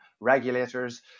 regulators